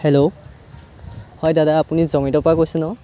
hello হয় দাদা আপুনি জমেতৰ পৰা কৈছে ন